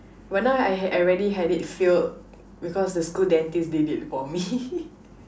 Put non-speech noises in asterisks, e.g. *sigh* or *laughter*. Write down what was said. but now I had I already had it filled because the school dentist did it for me *laughs*